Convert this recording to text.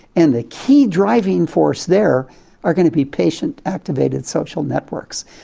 and the key driving force there are going to be patient-activated social networks.